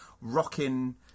rocking